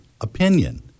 opinion